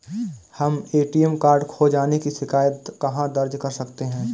हम ATM card खो जाने की शिकायत कहाँ दर्ज कर सकते हैं?